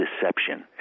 deception